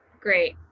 great